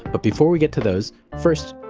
but before we get to those first,